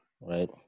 right